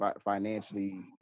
financially